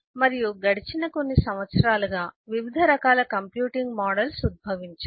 మరియు గడచిన కొన్ని సంవత్సరాలుగా వివిధ రకాల కంప్యూటింగ్ మోడల్స్ ఉద్భవించాయి